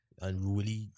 Unruly